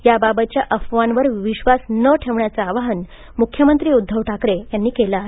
याबाबतच्या अफवावर विश्वास न ठेवण्याचं आवाहन मुख्यमंत्री उध्दव ठाकरे यांनी केलं आहे